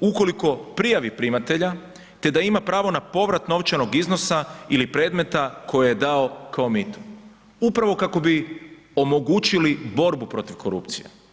ukoliko prijave primatelja te da ima pravo na povrat novčanog iznosa ili predmeta koje je dao kao mito upravo kako bi omogućili borbu protiv korupcije.